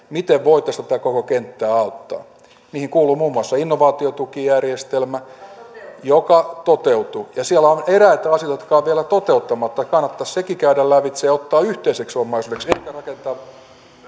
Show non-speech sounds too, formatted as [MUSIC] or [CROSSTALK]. [UNINTELLIGIBLE] miten voitaisiin tätä koko kenttää auttaa mihin kuuluu muun muassa innovaatiotukijärjestelmä joka toteutui siellä on myös eräitä asioita jotka ovat vielä toteuttamatta kannattaisi sekin käydä lävitse ja ottaa yhteiseksi omaisuudeksi eikä rakentaa kaksi